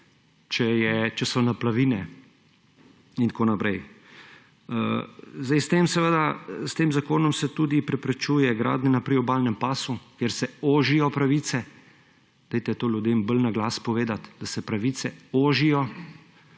če so naplavine. In tako naprej. S tem zakonom se tudi preprečuje gradnje na priobalnem pasu, kjer se ožijo pravice, dajte to ljudem bolj na glas povedati, da se pravice ožijo,